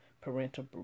parental